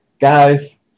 guys